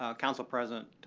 ah council president